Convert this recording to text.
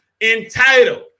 entitled